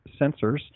sensors